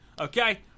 Okay